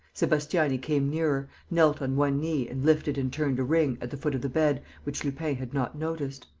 sebastiani came nearer, knelt on one knee and lifted and turned a ring, at the foot of the bed, which lupin had not noticed.